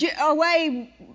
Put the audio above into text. away